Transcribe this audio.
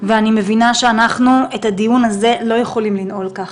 ואני מבינה שאנחנו את הדיון הזה לא יכולים לנעול ככה.